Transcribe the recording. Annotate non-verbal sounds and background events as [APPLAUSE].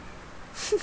[LAUGHS]